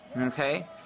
okay